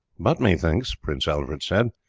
but methinks, prince alfred said,